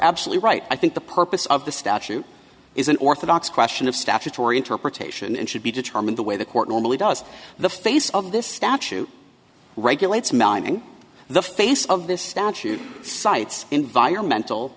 absolutely right i think the purpose of the statute is an orthodox question of statutory interpretation and should be determined the way the court normally does the face of this statute regulates mining the face of this statute cites environmental